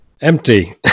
empty